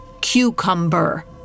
cucumber